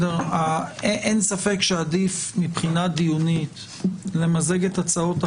אין ספק שעדיף מבחינה דיונית למזג את הצעות החוק,